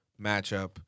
matchup